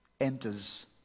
enters